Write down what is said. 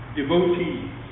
devotees